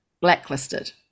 blacklisted